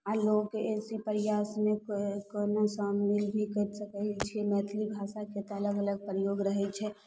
आओर लोकके अइसे प्रयासमे कभी शामिल भी करि सकै छी मैथिली भाषाके तऽ अलग अलग प्रयोग रहै छै